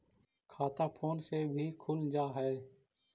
खाता फोन से भी खुल जाहै?